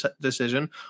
decision